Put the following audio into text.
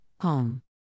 home